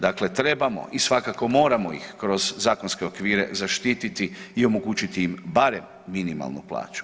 Dakle, trebamo, i svakako, moramo ih kroz zakonske okvire zaštititi i omogućiti im barem minimalnu plaću.